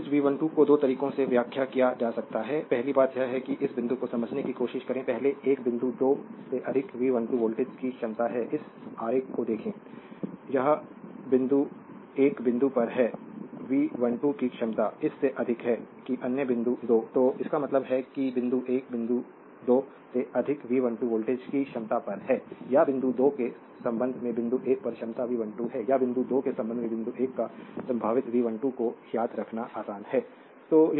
slide समय देखें 3110 तो वोल्टेज V12 को 2 तरीकों से व्याख्या किया जा सकता है पहली बात यह है कि इस बिंदु को समझने की कोशिश करें पहले एक बिंदु 2 से अधिक V12 वोल्ट की क्षमता है इस आरेख को देखें यह बिंदु एक बिंदु पर है वी 12 की क्षमता इस से अधिक है कि अन्य बिंदु 2 तो इसका मतलब है कि बिंदु 1 बिंदु 2 से अधिक V12 वोल्ट की क्षमता पर है या बिंदु 2 के संबंध में बिंदु 1 पर क्षमता V12 है या बिंदु 2 के संबंध में बिंदु 1 पर संभावित V12 को याद रखना आसान है